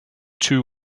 two